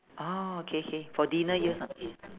oh okay okay for dinner use ah